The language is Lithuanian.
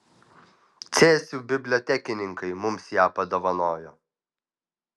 cėsių bibliotekininkai mums ją padovanojo